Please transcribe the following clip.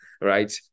Right